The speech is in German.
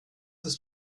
ist